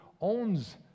owns